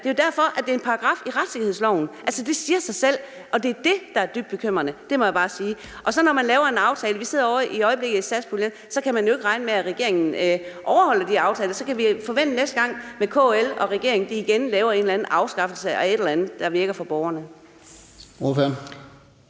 Det er jo derfor, at det er en paragraf i retssikkerhedsloven; altså, det siger sig selv, og det er det, der er dybt bekymrende, det må jeg bare sige. Vi sidder i øjeblikket med satspuljen, og så kan man jo ikke regne med, at regeringen overholder aftaler. Så kan vi forvente næste gang, at KL og regeringen igen laver en afskaffelse af et eller andet, der virker for borgerne.